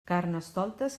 carnestoltes